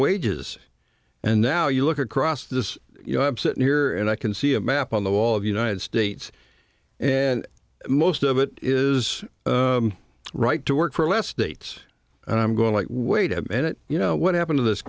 wages and now you look across this you know i'm sitting here and i can see a map on the wall of united states and most of it is right to work for less dates and i'm going like wait a minute you know what happened in this